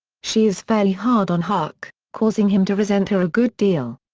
she is fairly hard on huck, causing him to resent her a good deal.